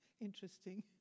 interesting